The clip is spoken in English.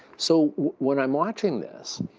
so when i'm watching this,